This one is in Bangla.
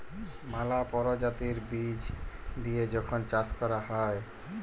ম্যালা পরজাতির বীজ দিঁয়ে যখল চাষ ক্যরা হ্যয়